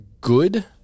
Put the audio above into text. good